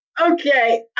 Okay